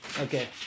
okay